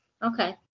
Okay